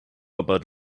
about